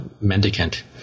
mendicant